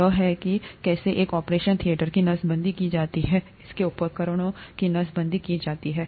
यह है कि कैसे एक ऑपरेशन थियेटर की नसबंदी की जाती है कैसे उपकरणों की नसबंदी की जाती है